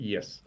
Yes